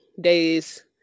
days